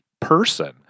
person